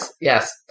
yes